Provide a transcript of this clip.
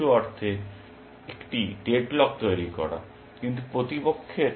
কিছু অর্থে একটি ডেডলক তৈরি করা কিন্তু প্রতিপক্ষের অন্যান্য ঘুঁটিও রয়েছে